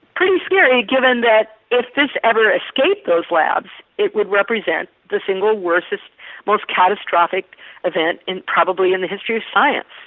pretty scary given that if this ever escaped those labs it would represent the single worst most catastrophic event probably in the history of science.